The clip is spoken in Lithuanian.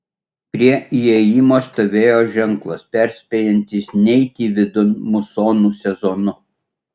prie įėjimo stovėjo ženklas perspėjantis neiti vidun musonų sezonu